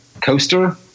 Coaster